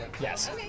Yes